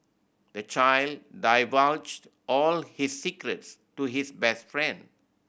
the child divulged all his secrets to his best friend